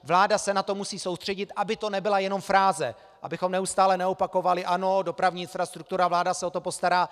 Vláda se na to musí soustředit, aby to nebyla jenom fráze, abychom neustále jenom neopakovali: ano, dopravní infrastruktura, vláda se o to postará.